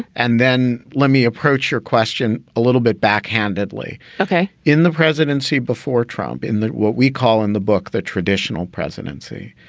and then let me approach your question a little bit. backhandedly. ok. in the presidency before trump, in what we call in the book, the traditional presidency,